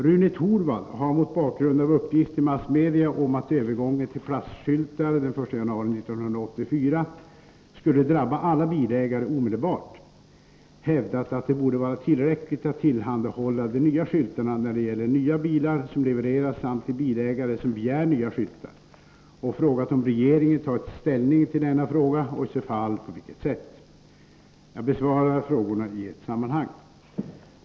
Rune Torwald har mot bakgrund av uppgift i massmedia om att övergången till plastskyltar den 1 januari 1984 ”skulle drabba alla bilägare omedelbart” hävdat att det borde vara tillräckligt att tillhandahålla de nya skyltarna när det gäller nya bilar som levereras samt till bilägare som begär nya skyltar och frågat om regeringen tagit ställning till denna fråga och i så fall på vilket sätt. Jag besvarar frågorna i ett sammanhang.